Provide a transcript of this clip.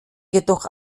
jedoch